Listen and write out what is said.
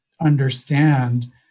understand